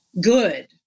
good